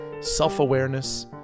self-awareness